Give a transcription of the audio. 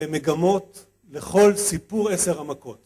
במגמות לכל סיפור עשר עמקות